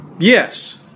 Yes